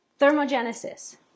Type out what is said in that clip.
Thermogenesis